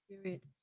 Spirit